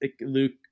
Luke